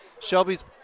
Shelby's